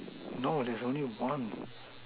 no there's only one